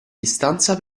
distanza